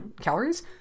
calories